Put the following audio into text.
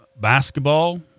basketball